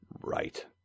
Right